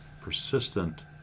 persistent